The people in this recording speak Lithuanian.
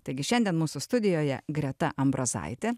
taigi šiandien mūsų studijoje greta ambrazaitė